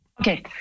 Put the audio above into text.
Okay